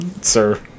sir